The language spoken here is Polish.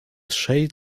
trzej